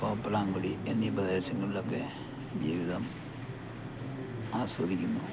തോപ്പളാങ്കുടി എന്നീ പ്രദേശങ്ങളിലൊക്കെ ജീവിതം ആസ്വദിക്കുന്നു